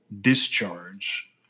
discharge